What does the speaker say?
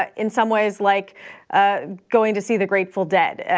ah in some ways, like ah going to see the grateful dead.